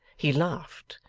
he laughed,